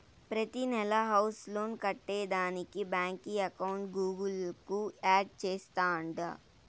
ప్రతినెలా house loan కట్టేదానికి బాంకీ అకౌంట్ గూగుల్ కు యాడ్ చేస్తాండా